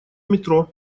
метро